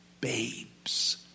babes